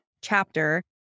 chapter